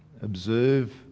observe